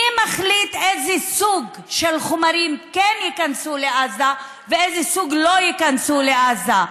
מי מחליט איזה סוג של חומרים כן ייכנסו לעזה ואיזה סוג לא ייכנסו לעזה?